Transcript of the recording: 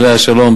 עליה השלום,